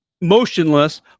motionless